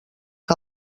que